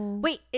Wait